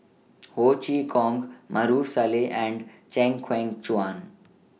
Ho Chee Kong Maarof Salleh and Chew Kheng Chuan